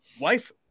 Wife